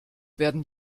werden